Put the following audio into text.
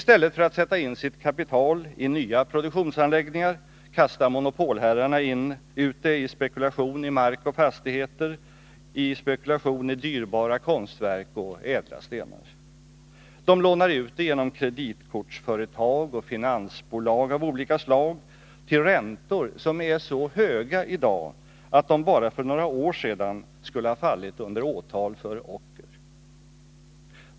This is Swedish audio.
I stället för att sätta in sitt kapital i nya produktionsanläggningar kastar monopolherrarna ut det i spekulation i mark och fastigheter, i dyrbara konstverk och ädla stenar. De lånar ut det genom kreditkortsföretag och finansbolag av olika slag till räntor som är så höga i dag att de bara för några år sedan skulle ha fallit under åtal för ocker.